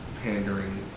pandering